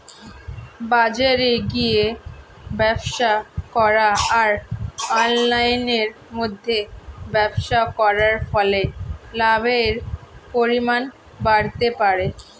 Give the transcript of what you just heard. বাজারে গিয়ে ব্যবসা করা আর অনলাইনের মধ্যে ব্যবসা করার ফলে লাভের পরিমাণ বাড়তে পারে?